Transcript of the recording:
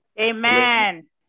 Amen